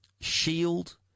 Shield